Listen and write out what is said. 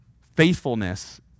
faithfulness